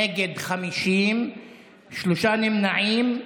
נגד 50, שלושה נמנעים.